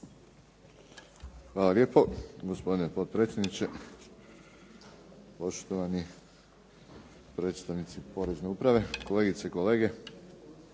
Hvala lijepo gospodine potpredsjedniče, poštovani predstavnici Porezne uprave, kolegice i kolege.